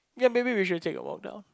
ya maybe we should take a walk down